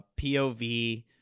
POV